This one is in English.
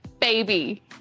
Baby